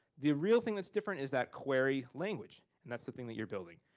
the real thing that's different is that query language. and that's the thing that your building.